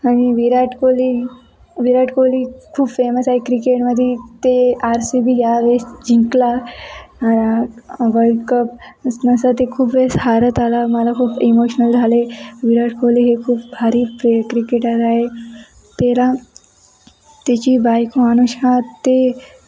आणि विराट कोहली विराट कोहली खूप फेमस आहे क्रिकेटमधी ते आर सी बी या वेळेस जिंकला वर्ल्डकप असं असं ते खूप वेळेस हरत आला मला खूप इमोशनल झाले विराट कोहली हे खूप भारी प्रिय क्रिकेटर आहे त्याला त्याची बायको अनुष्का ते